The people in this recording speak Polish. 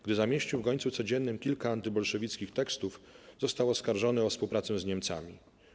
Gdy zamieścił w 'Gońcu Codziennym' kilka antybolszewickich tekstów, został oskarżony o współpracę z Niemcami.